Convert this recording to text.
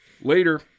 Later